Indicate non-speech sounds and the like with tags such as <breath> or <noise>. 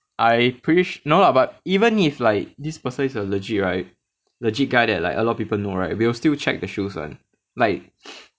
I pretty sur~ no lah but even if like this person is a legit right legit guy that like a lot of people know right we'll still check the shoes [one] leh like <breath>